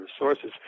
resources